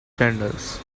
genders